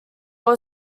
were